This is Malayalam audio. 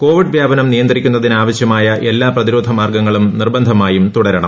കോവിഡ് വ്യാപനം നിയന്ത്രിക്കുന്നതിന് ആവശ്യമായ എല്ലാ പ്രതിരോധ മാർഗ്ഗങ്ങളും നിർബന്ധമായും തുടരണം